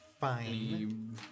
fine